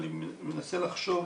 אני מנסה לחשוב